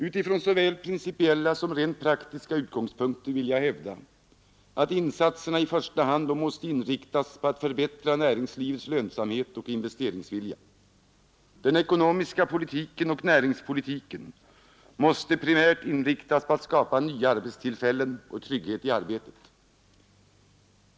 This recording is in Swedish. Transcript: Utifrån såväl principiella som rent praktiska utgångspunkter vill jag hävda, att insatserna i första hand då måste inriktas på att förbättra näringslivets lönsamhet och investeringsvilja. Den ekonomiska politiken och näringspolitiken måste primärt inriktas på att skapa nya arbetstillfällen och trygghet i arbetet.